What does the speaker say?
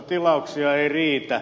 tilauksia ei riitä